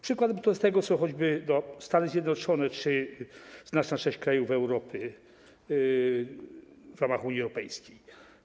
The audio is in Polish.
Przykładem tego są choćby Stany Zjednoczone czy znaczna część krajów Europy w ramach Unii Europejskiej.